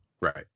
Right